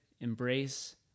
embrace